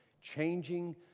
changing